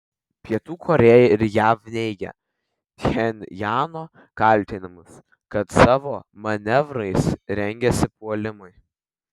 pietų korėja ir jav neigia pchenjano kaltinimus kad savo manevrais rengiasi puolimui